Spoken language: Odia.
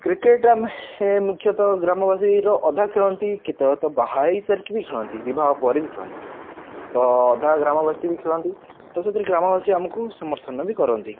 କ୍ରିକେଟ୍ ଆମେ ମୁଖ୍ୟତଃ ଗ୍ରାମବାସୀର ଅଧା ଖେଳନ୍ତି କେତ ତ ବାହା ହୋଇସାରିକି ବି ଖେଳନ୍ତି ବିବାହ ପରେ ବି ଖେଳନ୍ତି ତ ଅଧା ଗ୍ରାମବାସୀ ବି ଖେଳନ୍ତି ତ ସେଥିରେ ଗ୍ରାମବାସୀ ଆମକୁ ସମର୍ଥନ ବି କରନ୍ତି